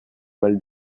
mal